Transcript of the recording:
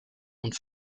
und